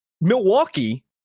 Milwaukee